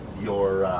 your